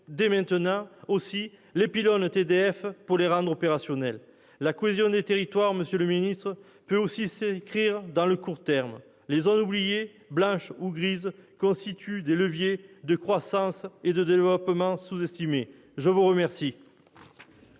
dès maintenant les pylônes TDF pour les rendre opérationnels. La cohésion des territoires peut aussi s'écrire dans le court terme. Les zones oubliées, blanches ou grises, constituent des leviers de croissance et de développement sous-estimés. Bravo ! La parole